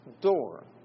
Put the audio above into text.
door